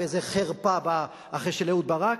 וזו חרפה של אהוד ברק,